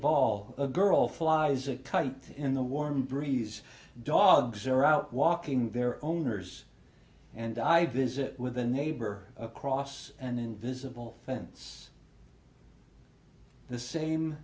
ball a girl flies a kite in the warm breeze dogs are out walking their owners and i visit with a neighbor across an invisible fence the same